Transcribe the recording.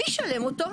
מי ישלם אותו?